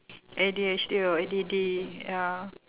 A_D_H_D or A_D_D ya